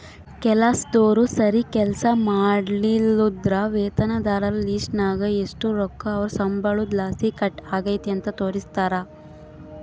ಕೆಲಸ್ದೋರು ಸರೀಗ್ ಕೆಲ್ಸ ಮಾಡ್ಲಿಲ್ಲುದ್ರ ವೇತನದಾರರ ಲಿಸ್ಟ್ನಾಗ ಎಷು ರೊಕ್ಕ ಅವ್ರ್ ಸಂಬಳುದ್ಲಾಸಿ ಕಟ್ ಆಗೆತೆ ಅಂತ ತೋರಿಸ್ತಾರ